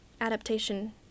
adaptation